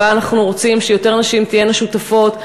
אנחנו רוצים שיותר נשים תהיינה שותפות.